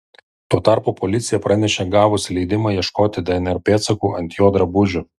tuo tarpu policija pranešė gavus leidimą ieškoti dnr pėdsakų ant jo drabužių